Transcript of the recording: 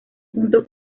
junto